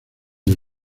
del